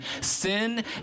sin